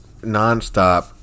nonstop